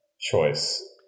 choice